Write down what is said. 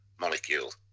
molecule